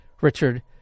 Richard